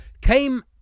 came